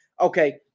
Okay